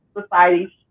society